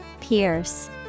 Pierce